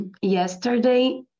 Yesterday